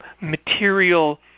material